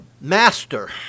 Master